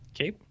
Okay